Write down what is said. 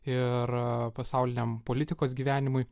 ir pasauliniam politikos gyvenimui